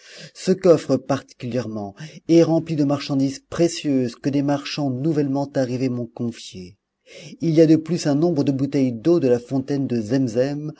ce coffre particulièrement est rempli de marchandises précieuses que des marchands nouvellement arrivés m'ont confiées il y a de plus un nombre de bouteilles d'eau de la fontaine de